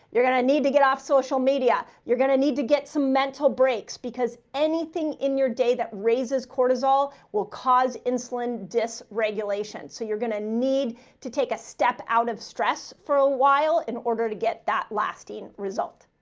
you're going to need to get off social media. you're going to need to get some mental breaks because anything in your day that raises cortisol will cause insulin dysregulation. so you're going to need to take a step out of stress for a while in order to get that lasting results.